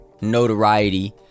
notoriety